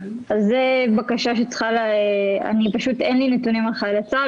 אין לי נתונים על חיילי צה"ל,